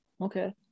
okay